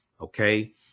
Okay